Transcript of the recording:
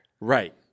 Right